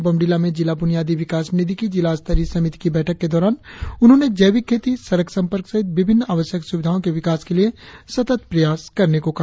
बोमडिला में जिला बुनियादी विकास निधि की जिला स्तरीय समिति की बैठक के दौरान उन्होंने जैविक खेती सड़क संपर्क सहित विभिन्न आवश्यक सुविधाओं के विकास के लिए सतत प्रयास करने को कहा